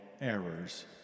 errors